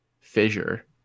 Fissure